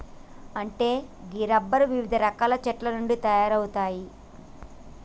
అంటే గీ రబ్బరు వివిధ రకాల చెట్ల నుండి తయారవుతాయి